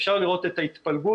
אפשר לראות את ההתפלגות,